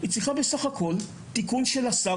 היא צריכה בסך הכול תיקון של השר,